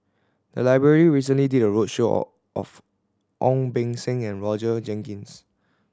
the library recently did a roadshow or of Ong Beng Seng and Roger Jenkins